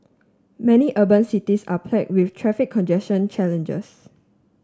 many urban cities are plague with traffic congestion challenges